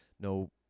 No